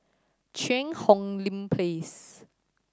Cheang Hong Lim Place